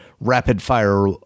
rapid-fire